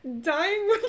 dying